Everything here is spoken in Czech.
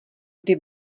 kdy